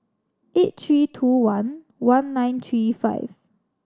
eight three two one one nine three five